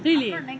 really